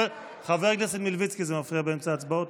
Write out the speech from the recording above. חבר הכנסת מלביצקי, זה מפריע באמצע ההצבעות.